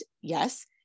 yes